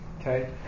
okay